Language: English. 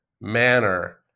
manner